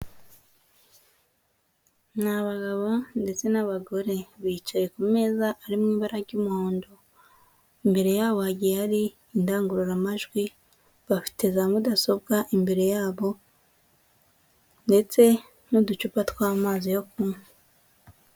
Ni abagabo ndetse n'abagore, bicaye ku meza ari mu ibara ry'umuhondo, imbere yabo hagiye hari indangururamajwi, bafite za mudasobwa imbere yabo ndetse n'uducupa tw'amazi yo kunywa.